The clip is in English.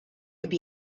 could